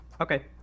Okay